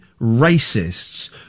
racists